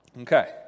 Okay